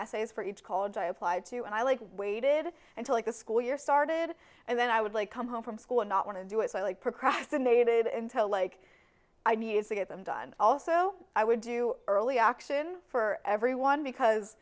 essays for each call and i applied to and i like waited until the school year started and then i would like come home from school and not want to do it so i procrastinated and tell like i need to get them done also i would do early action for everyone because